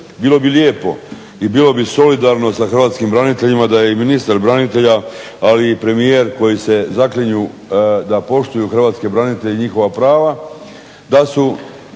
Bilo bi lijepo i bilo bi solidarno sa hrvatskim braniteljima da je i ministar branitelja, ali i premijer koji se zaklinju da poštuju hrvatske branitelje i njihova prava da su